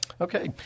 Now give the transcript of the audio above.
Okay